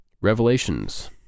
Revelations